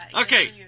Okay